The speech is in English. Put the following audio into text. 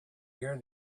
year